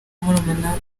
murumuna